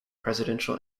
presidential